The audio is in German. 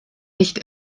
nicht